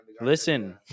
Listen